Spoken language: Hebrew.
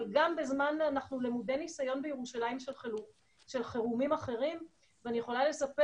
אנחנו למודי ניסיון בירושלים של חירומים אחרים ואני יכולה לספר